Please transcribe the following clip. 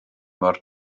mor